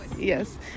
Yes